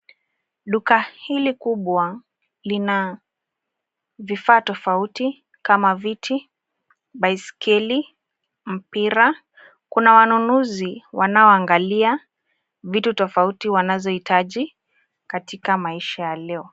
Duka hili kubwa lina vifaa tofauti kama viti, baiskeli, mpira. Kuna wanunuzi wanaoangalia vitu tofauti wanaohitaji katika maisha ya leo.